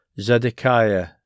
Zedekiah